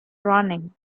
running